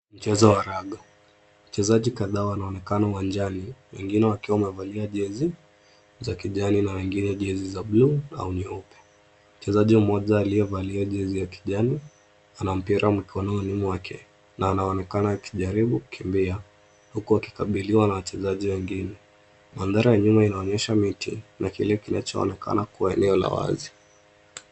Mchezo wa raga. Wachezaji kadhaa wanaonekana uwanjani wengine wakiwa wamevalia jezi za kijani na wengine jezi za buluu au nyeupe. Mchezaji mmoja aliyevalia jezi ya kijani ana mpira mkononi mwake na anaonekana akijaribu kukimbia huku akikabiliwa na wachezaji wengine. Mandhari ya nyuma inonyesha miti na kile kinachoonekana kuwa eneo la wazi.